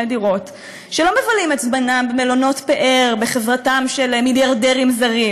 דירות שלא מבלים את זמנם במלונות פאר בחברתם של מיליארדרים זרים